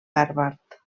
harvard